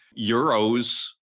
euros